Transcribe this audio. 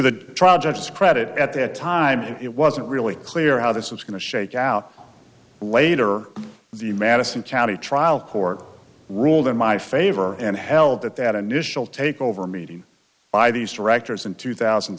the trial judge's credit at that time it wasn't really clear how this was going to shake out later the madison county trial court ruled in my favor and held that that initial takeover meeting by these directors in two thousand